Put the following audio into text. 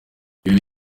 ibi